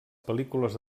pel·lícules